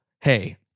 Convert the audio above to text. hey